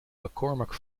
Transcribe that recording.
mccormack